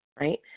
right